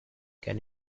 can